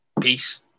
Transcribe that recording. Peace